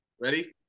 Ready